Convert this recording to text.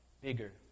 bigger